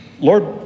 Lord